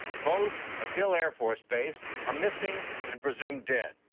both of hill air force base are missing and presumed dead.